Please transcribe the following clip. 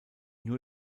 nur